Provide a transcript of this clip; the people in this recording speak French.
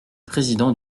président